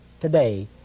today